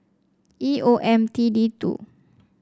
E O M T D two